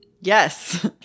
Yes